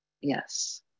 Yes